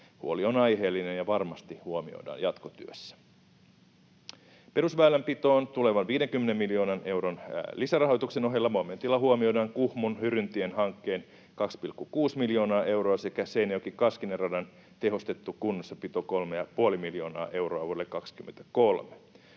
Huoli on aiheellinen ja varmasti huomioidaan jatkotyössä. Perusväylänpitoon tulevan 50 miljoonan euron lisärahoituksen ohella momentilla huomioidaan Kuhmon Hyryntie‑hanke, 2,6 miljoonaa euroa, sekä Seinäjoki—Kaskinen-radan tehostettu kunnossapito, 3,5 miljoonaa euroa, vuodelle 23.